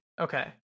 Okay